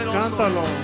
cántalo